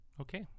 okay